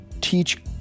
teach